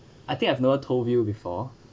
I think I've never told you before